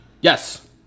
Yes